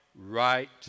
right